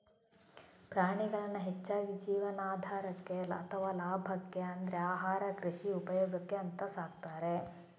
ಪ್ರಾಣಿಗಳನ್ನ ಹೆಚ್ಚಾಗಿ ಜೀವನಾಧಾರಕ್ಕೆ ಅಥವಾ ಲಾಭಕ್ಕೆ ಅಂದ್ರೆ ಆಹಾರ, ಕೃಷಿ ಉಪಯೋಗಕ್ಕೆ ಅಂತ ಸಾಕ್ತಾರೆ